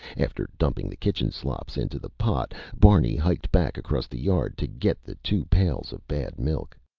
after dumping the kitchen slops into the pot, barney hiked back across the yard to get the two pails of bad milk.